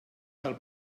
del